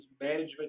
management